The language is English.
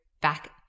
back